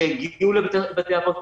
שיגיעו לבתי האבות,